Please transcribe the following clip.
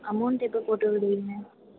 amount எப்போது போட்டு விடுவீங்க